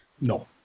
No